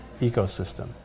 ecosystem